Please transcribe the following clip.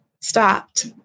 stopped